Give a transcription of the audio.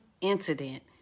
incident